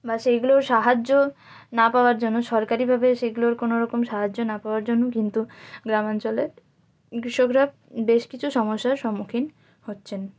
বা সেইগুলোর সাহায্য না পাওয়ার জন্য সরকারিভাবে সেগুলোর কোনো রকম সাহায্য না পাওয়ার জন্য কিন্তু গ্রামাঞ্চলে কৃষকরা বেশ কিছু সমস্যার সম্মুখীন হচ্ছেন